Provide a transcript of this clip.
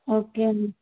okay అండి